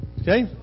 Okay